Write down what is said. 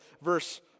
verse